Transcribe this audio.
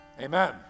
Amen